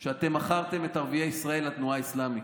כך שאתם מכרתם את ערביי ישראל לתנועה האסלאמית.